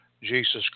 Jesus